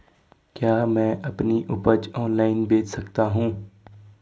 क्या मैं अपनी उपज ऑनलाइन बेच सकता हूँ?